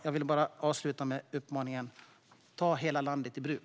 Jag vill avsluta med uppmaningen: Ta hela landet i bruk!